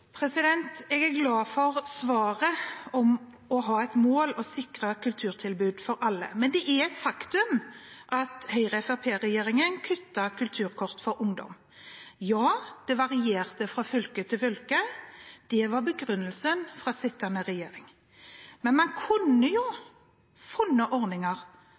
Jeg er glad for svaret – å ha et mål om å sikre kulturtilbud til alle. Men det er et faktum at Høyre–Fremskrittsparti-regjeringen kuttet Kulturkort for ungdom. Det varierte fra fylke til fylke – det var begrunnelsen fra sittende regjering. Men man kunne jo ha funnet ordninger